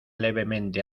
levemente